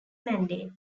mandates